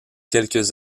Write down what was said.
quelques